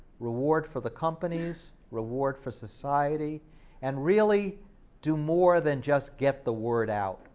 reward for the companies, reward for society and really do more than just get the word out.